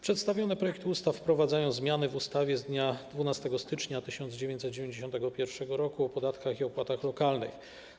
Przedstawione projekty ustaw wprowadzają zmiany w ustawie z dnia 12 stycznia 1991 r. o podatkach i opłatach lokalnych.